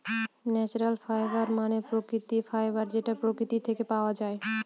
natural fibre মানে প্রাকৃতিক fibre যেটা প্রকৃতি থেকে পাওয়া যায়